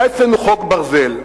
היה אצלנו חוק ברזל,